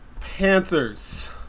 Panthers